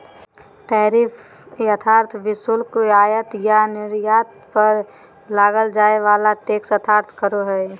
tariff अर्थात् प्रशुल्क आयात या निर्यात पर लगाल जाय वला टैक्स अर्थात् कर हइ